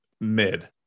mid